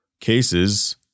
cases –